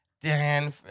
Dan